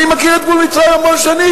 אני מכיר את גבול מצרים המון שנים,